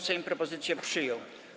Sejm propozycję przyjął.